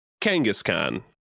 Kangaskhan